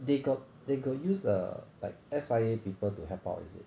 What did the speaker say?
they got they got use err like S_I_A people to help out is it